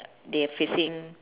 they are facing